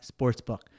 sportsbook